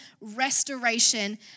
restoration